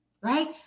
Right